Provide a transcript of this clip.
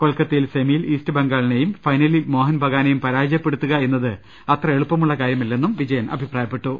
കൊൽക്കത്തയിൽ സെമിയിൽ ഈസ്റ്റ്ബംഗാളിനെയും ഫൈനലിൽ മോഹൻ ബഗാനേയും പരാജയപ്പെടുത്തുകയെന്നത് അത്ര എളുപ്പമുള്ള കാ രൃമല്ലെന്നും വിജയൻ അഭിപ്രായപ്പെട്ടു